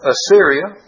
Assyria